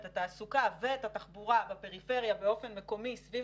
את התעסוקה ואת התחבורה בפריפריה באופן מקומי סביב